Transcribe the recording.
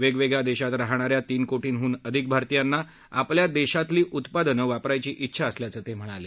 वेगवेगळ्या देशांत राहणा या तीन कोटींहून अधिक भारतीयांना आपल्या देशातही उत्पादनं वापरायची इच्छा असल्याचं त्यांनी सांगितलं